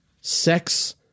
sex